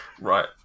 right